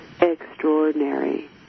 Extraordinary